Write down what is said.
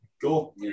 Cool